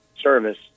service